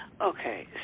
Okay